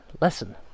lesson